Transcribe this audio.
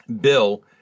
Bill